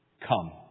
Come